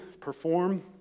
perform